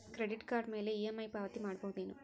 Credit card ಮ್ಯಾಲೆ EMI ಪಾವತಿ ಮಾಡ್ಬಹುದೇನು?